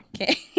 Okay